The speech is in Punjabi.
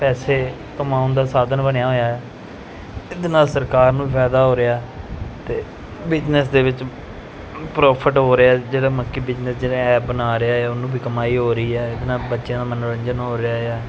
ਪੈਸੇ ਕਮਾਉਣ ਦਾ ਸਾਧਨ ਬਣਿਆ ਹੋਇਆ ਇਹਦੇ ਨਾਲ ਸਰਕਾਰ ਨੂੰ ਵੀ ਫਾਇਦਾ ਹੋ ਰਿਹਾ ਅਤੇ ਬਿਜਨਸ ਦੇ ਵਿੱਚ ਪ੍ਰੋਫਿਟ ਹੋ ਰਿਹਾ ਜਿਹੜਾ ਮਲਕੀ ਬਿਜਨਸ ਜਿਹੜਾ ਐਪ ਬਣਾ ਰਿਹਾ ਹੈ ਉਹਨੂੰ ਵੀ ਕਮਾਈ ਹੋ ਰਹੀ ਹੈ ਇਹਦੇ ਨਾਲ ਬੱਚਿਆਂ ਨੂੰ ਮਨੋਰੰਜਨ ਹੋ ਰਿਹਾ ਆ